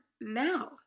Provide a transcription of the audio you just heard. now